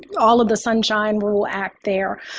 all of the sunshine will will act there.